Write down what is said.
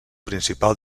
principal